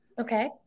Okay